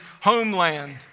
homeland